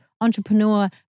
entrepreneur